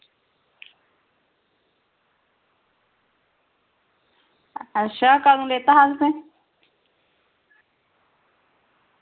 अच्छा कदूं लैता हा तुसें